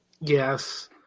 Yes